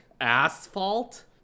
Asphalt